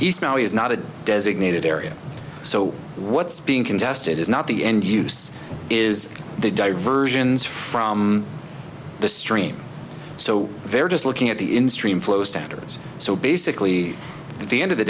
east now is not a designated area so what's being contested is not the end use is the diversions from the stream so they're just looking at the in stream flow standards so basically the end of the